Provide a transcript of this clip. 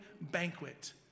banquet